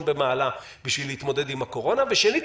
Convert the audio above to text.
במעלה בשביל להתמודד עם הקורונה ושנית,